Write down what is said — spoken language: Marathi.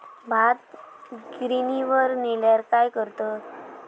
भात गिर्निवर नेल्यार काय करतत?